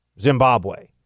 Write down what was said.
zimbabwe